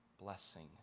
Blessing